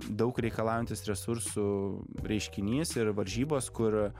daug reikalaujantis resursų reiškinys ir varžybos kur